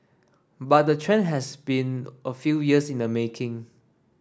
but the trend has been a few years in the making